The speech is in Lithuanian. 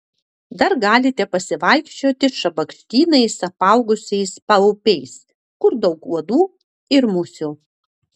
dar galite pasivaikščioti šabakštynais apaugusiais paupiais kur daug uodų ir musių